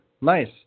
Nice